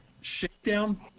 Shakedown